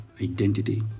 identity